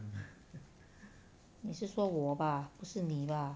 你是说我吧不是你吧